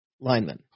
lineman